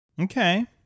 Okay